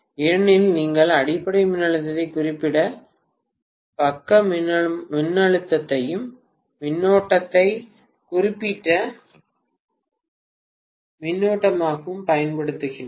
ஏனெனில் நீங்கள் அடிப்படை மின்னழுத்தத்தை குறிப்பிட்ட பக்க மின்னழுத்தமாகவும் மின்னோட்டத்தை குறிப்பிட்ட பக்க மின்னோட்டமாகவும் பயன்படுத்துகிறது